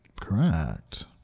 Correct